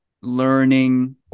learning